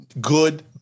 good